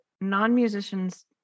non-musicians